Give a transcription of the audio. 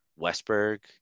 Westberg